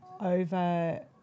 over